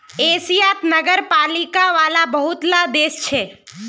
एशियात नगरपालिका वाला बहुत ला देश छे